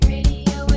Radio